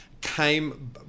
came